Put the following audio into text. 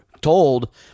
told